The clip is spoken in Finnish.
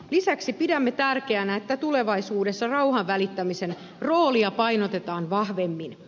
lisäksi pidämme tärkeänä että tulevaisuudessa rauhanvälittämisen roolia painotetaan vahvemmin